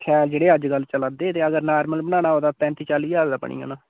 शैल जेह्ड़े अजकल चला दे ते अगर नार्मल बनाना होग तां पैंती चाली ज्हार दा बनी जाना